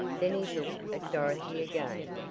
then he looked at dorothy again.